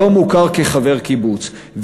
לא מוכר כחבר קיבוץ.